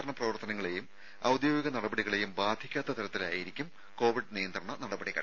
പ്രചാരണ പ്രവർത്തനങ്ങളെയും ഔദ്യോഗിക നടപടികളെയും ബാധിക്കാത്ത തരത്തിലായിരിക്കും കോവിഡ് നിയന്ത്രണ നടപടികൾ